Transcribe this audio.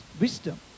wisdom